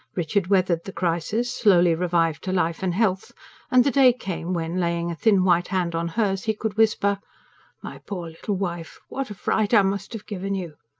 richard weathered the crisis, slowly revived to life and health and the day came when, laying a thin white hand on hers, he could whisper my poor little wife, what a fright i must have given you!